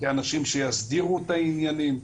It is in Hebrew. כאנשים שיסדירו את העניינים,